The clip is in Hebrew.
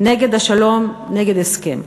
נגד השלום, נגד הסכם,